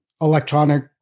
electronic